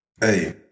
Hey